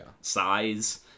size